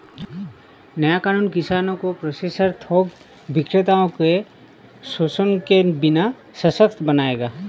नया कानून किसानों को प्रोसेसर थोक विक्रेताओं को शोषण के बिना सशक्त बनाएगा